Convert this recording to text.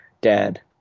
Dad